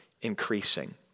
increasing